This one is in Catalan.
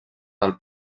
del